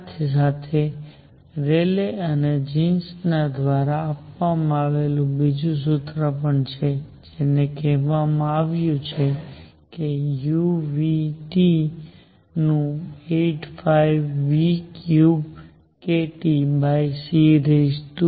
સાથે સાથે રેલે અને જીન્સ દ્વારા આપવામાં આવેલુ બીજુ સૂત્ર પણ છે જેમાં કહેવામાં આવ્યું છે કે u નુ 8π3kTc3